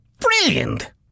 Brilliant